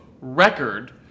record